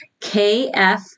KF